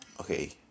okay